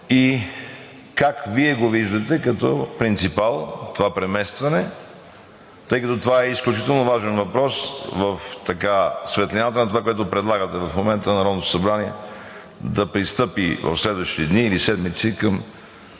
Как Вие го виждате като принципал това преместване, тъй като това е изключително важен въпрос в светлината на това, което предлагате в момента на Народното събрание – да пристъпи в следващите дни или седмици към